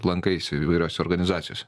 lankaisi įvairiose organizacijose